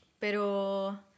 Pero